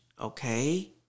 okay